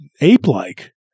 ape-like